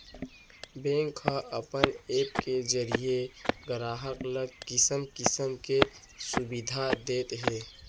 bank ह अपन app के जरिये गराहक ल किसम किसम के सुबिधा देत हे